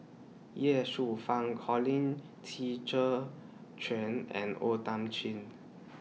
Ye Shufang Colin Qi Zhe Quan and O Thiam Chin